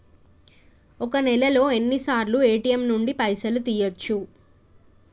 ఒక్క నెలలో ఎన్నిసార్లు ఏ.టి.ఎమ్ నుండి పైసలు తీయచ్చు?